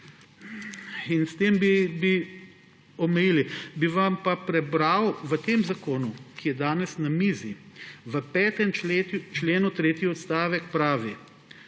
In s tem bi omejili. Bi vam pa prebral, v tem zakonu, ki je danes na mizi, v 5. členu tretji odstavek pravi: